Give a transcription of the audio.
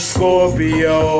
Scorpio